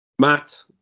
Matt